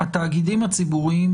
התאגידים הציבוריים,